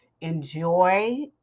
Enjoy